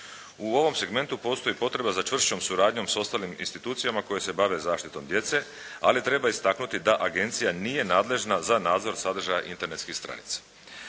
U ovom segmentu postoji potreba za čvršćom suradnjom s ostalim institucijama koje se bave zaštitom djece, ali treba istaknuti da agencija nije nadležna za nadzor sadržaja internetskih stranica.